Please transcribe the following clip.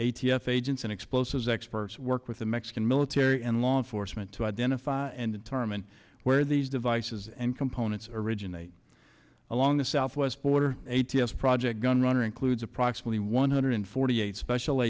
f agents and explosives experts work with the mexican military and law enforcement to identify and determine where these devices and components originate along the southwest border a t f project gunrunner includes approximately one hundred forty eight special